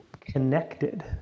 connected